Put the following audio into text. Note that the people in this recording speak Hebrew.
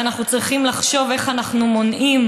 ואנחנו צריכים לחשוב איך אנחנו מונעים